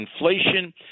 Inflation